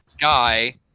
guy